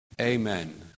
amen